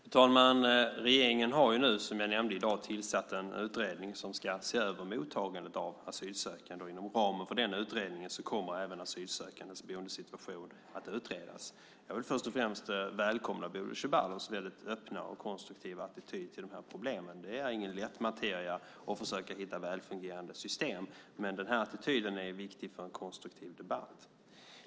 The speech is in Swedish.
Fru talman! Regeringen har, som jag nämnde, i dag tillsatt en utredning som ska se över mottagandet av asylsökande. Inom ramen för den utredningen kommer även asylsökandes boendesituation att utredas. Jag vill först och främst välkomna Bodil Ceballos öppna och konstruktiva attityd till problemen. Det är ingen lätt materia att försöka hitta väl fungerande system, men attityden är viktig för en konstruktiv debatt.